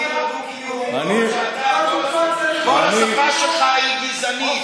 כל השפה שלך היא גזענית,